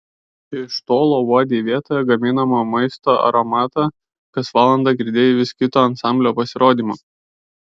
iš tolo uodei vietoje gaminamo maisto aromatą kas valandą girdėjai vis kito ansamblio pasirodymą